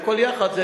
את הכול יחד,